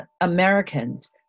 Americans